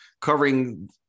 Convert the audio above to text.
covering